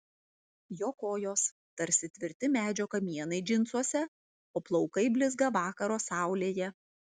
jo kojos tarsi tvirti medžio kamienai džinsuose o plaukai blizga vakaro saulėje